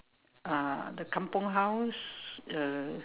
ah the kampung house uh